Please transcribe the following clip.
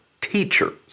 teachers